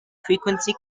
frequency